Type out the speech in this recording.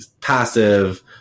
passive